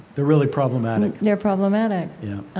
they're really problematic they're problematic yeah,